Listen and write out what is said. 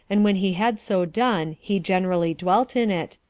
and when he had so done, he generally dwelt in it,